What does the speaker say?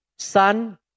Son